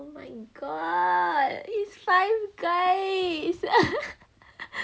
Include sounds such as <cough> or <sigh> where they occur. oh my god is Five Guys <laughs>